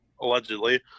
allegedly